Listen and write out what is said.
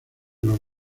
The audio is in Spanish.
los